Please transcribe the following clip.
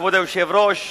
כבוד היושב-ראש,